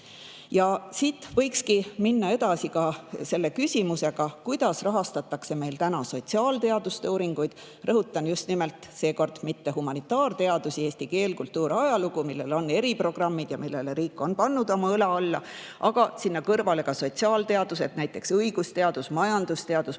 Ja siit võikski minna edasi selle küsimusega, kuidas rahastatakse meil sotsiaalteaduste uuringuid. Rõhutan seekord just nimelt mitte humanitaarteadusi – eesti keel, kultuur, ajalugu –, millel on eriprogrammid ja millele riik on pannud oma õla alla, vaid sinna kõrvale ka sotsiaalteadusi, näiteks õigusteadus, majandusteadus,